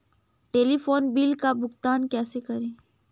Telephone bill का भुगतान कैसे करें?